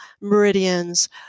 meridians